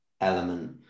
element